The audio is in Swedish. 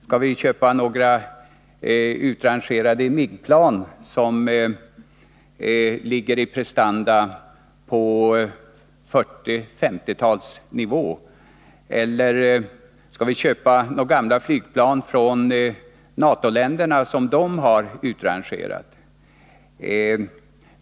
Skall vi köpa några utrangerade MIG-plan, som i fråga om prestanda ligger på 1940 till 1950-talsnivå? Eller skall vi köpa gamla flygplan från NATO-länderna, som de länderna har utrangerat?